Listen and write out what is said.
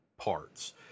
parts